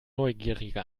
neugierige